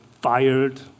fired